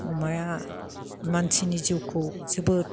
अमाया मानसिनि जिउखौ जोबोद